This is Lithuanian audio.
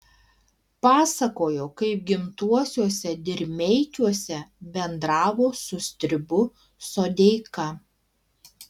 pasakojo kaip gimtuosiuose dirmeikiuose bendravo su stribu sodeika